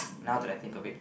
now that I think of it